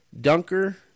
Dunker